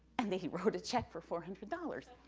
and he wrote a check for four hundred dollars.